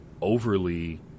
overly